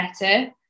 better